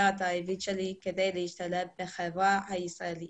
את העברית שלי כדי להשתלב בחברה הישראלית.